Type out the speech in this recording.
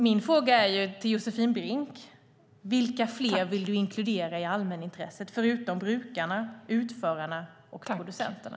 Min fråga till Josefin Brink är: Vilka fler vill du inkludera i allmänintresset förutom brukarna, utförarna och producenterna?